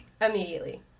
immediately